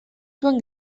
zuen